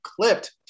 clipped